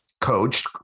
coached